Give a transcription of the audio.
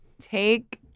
take